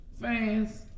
Fans